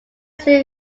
soon